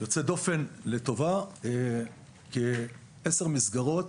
יוצא דופן לטובה, עשר מסגרות